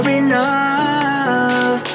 enough